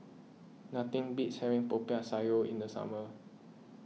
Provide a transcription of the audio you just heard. nothing beats having Popiah Sayur in the summer